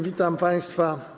Witam państwa.